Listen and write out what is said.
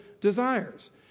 desires